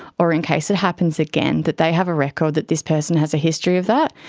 or in case it happens again, that they have a record that this person has a history of that.